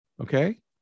Okay